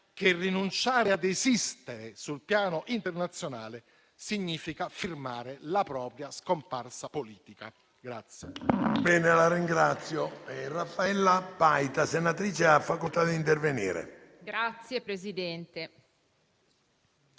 che rinunciare ad esistere sul piano internazionale significa firmare la propria scomparsa politica.